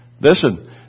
Listen